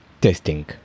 testing